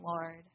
Lord